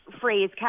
phrase